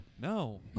No